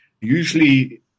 usually